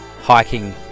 hiking